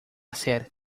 ser